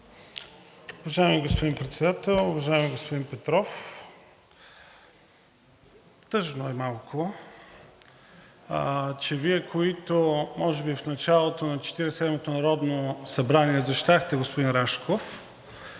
Уважаеми господин Председател! Уважаеми господин Петров, тъжно е малко, че Вие, които може би в началото на Четиридесет и седмото народно събрание защитавахте господин Рашков